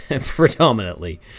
Predominantly